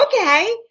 Okay